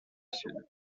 sud